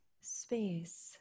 space